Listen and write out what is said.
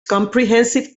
comprehensive